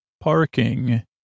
parking